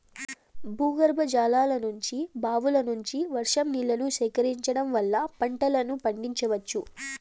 భూగర్భజలాల నుంచి, బావుల నుంచి, వర్షం నీళ్ళను సేకరించడం వల్ల పంటలను పండించవచ్చు